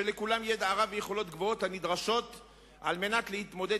שלכולם ידע רב ויכולות גבוהות הנדרשות כדי להתמודד